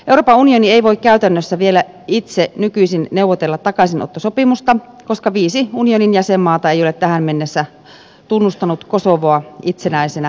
euroopan unioni ei voi käytännössä vielä itse nykyisin neuvotella takaisinottosopimusta koska viisi unionin jäsenmaata ei ole tähän mennessä tunnustanut kosovoa itsenäisenä valtiona